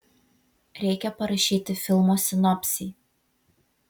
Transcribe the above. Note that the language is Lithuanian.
reikia parašyti filmo sinopsį